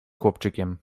chłopczykiem